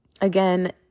Again